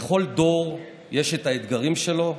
לכל דור יש את האתגרים שלו,